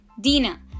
Dina